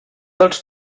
dels